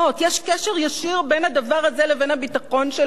יש קשר ישיר בין הדבר הזה לבין הביטחון שלנו.